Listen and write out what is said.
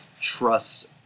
trust